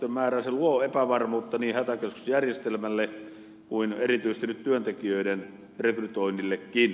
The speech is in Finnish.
se luo epävarmuutta niin hätäkeskusjärjestelmälle kuin erityisesti nyt työntekijöiden rekrytoinnillekin